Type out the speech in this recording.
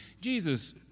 Jesus